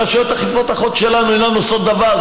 רשויות אכיפת החוק שלנו אינן עושות דבר.